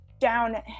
down